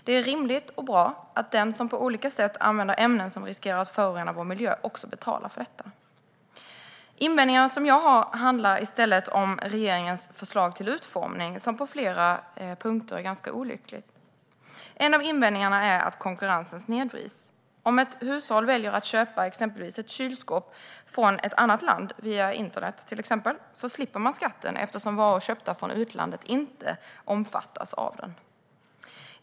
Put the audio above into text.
Det är rimligt och bra att den som på olika sätt använder ämnen som riskerar att förorena vår miljö också betalar för detta. Invändningarna som jag har handlar i stället om regeringens förslag till utformning, som på flera punkter är ganska olyckligt. En av invändningarna är att konkurrensen snedvrids. Om ett hushåll väljer att köpa exempelvis ett kylskåp från ett annat land, till exempel via internet, slipper man skatten eftersom varor köpta från utlandet inte omfattas av den.